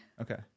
Okay